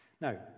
now